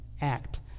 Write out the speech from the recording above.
act